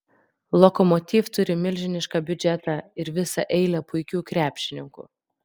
lokomotiv turi milžinišką biudžetą ir visą eilę puikių krepšininkų